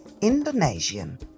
Indonesian